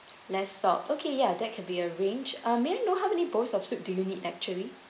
less salt okay yeah that can be arranged uh may I know how many bowls of soup do you need actually